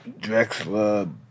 Drexler